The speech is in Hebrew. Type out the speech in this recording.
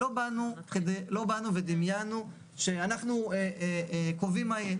לא באנו ודמיינו שאנחנו קובעים מה יהיה.